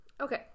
Okay